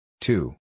Two